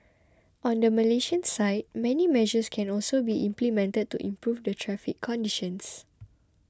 on the Malaysian side many measures can also be implemented to improve the traffic conditions